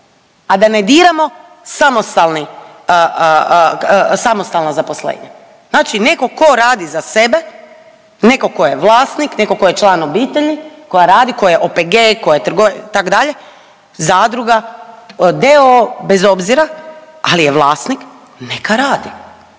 a da ne diramo samostalna zaposlenja. Znači netko tko radi za sebe, netko tko je vlasnik, neto tko je član obitelji, koja radi, koja je OPG, koja je trgovina, itd. zadruga, d.o.o. bez obzira ali je vlasnik, neka radi